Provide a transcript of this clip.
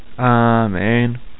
Amen